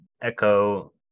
echo